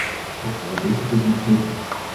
ko čia ardaisi kaip nesveikas